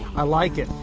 i like it.